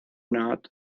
not